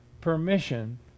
permission